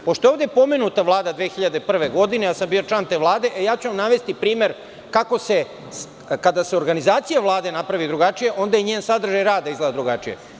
Pošto je ovde pomenuta Vlada 2001. godine, a ja sam bio član te vlade, pa navešću vam primer kako se kada se organizacija Vlade napravi drugačije, onda i njen sadržaj rada izgleda drugačije.